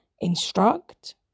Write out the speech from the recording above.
instruct